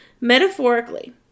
Metaphorically